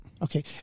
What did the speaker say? Okay